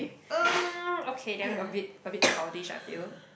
um okay then a bit a bit childish I feel